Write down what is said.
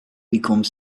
become